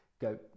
go